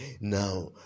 now